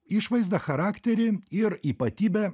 išvaizdą charakterį ir ypatybę